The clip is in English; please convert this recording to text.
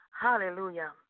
Hallelujah